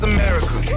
America